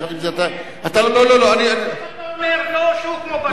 איך אתה אומר לו שהוא כמו ברכה?